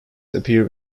appear